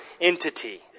entity